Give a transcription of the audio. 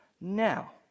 Now